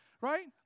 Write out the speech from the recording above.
right